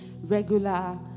regular